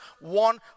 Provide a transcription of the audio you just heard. one